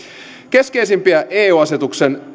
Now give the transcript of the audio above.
keskeisimpiä eu asetuksen